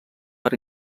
per